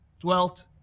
dwelt